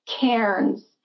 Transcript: cairns